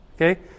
Okay